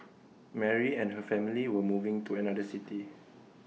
Mary and her family were moving to another city